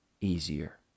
easier